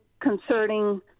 concerning